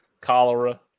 cholera